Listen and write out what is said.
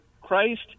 Christ